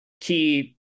Key